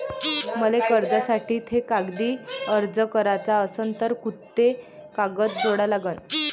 मले कर्जासाठी थे कागदी अर्ज कराचा असन तर कुंते कागद जोडा लागन?